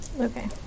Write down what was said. Okay